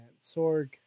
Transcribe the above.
Sorg